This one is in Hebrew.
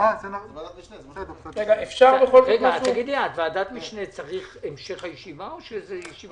לפנים משורת הדין זכות של הצעה לסדר קטנה בסוף הישיבה כי בהתחלה